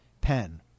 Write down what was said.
pen